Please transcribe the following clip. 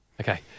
Okay